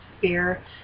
beer